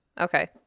okay